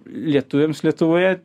lietuviams lietuvoje